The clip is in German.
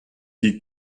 die